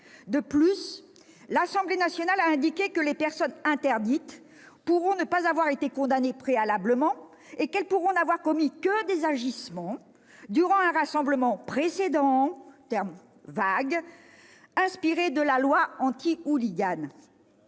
De plus, les députés ont décidé que les personnes interdites pourraient ne pas avoir été condamnées préalablement et pourraient n'avoir commis que des « agissements » durant un rassemblement précédent- terme vague, inspiré de la loi anti-hooligans.